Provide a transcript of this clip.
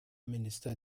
minister